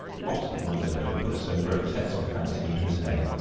what, he wondered, could have put so grotesque a fancy into his head?